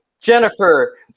Jennifer